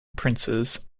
princes